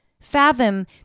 fathom